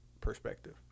perspective